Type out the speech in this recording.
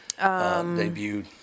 debuted